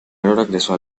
regresó